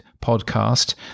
podcast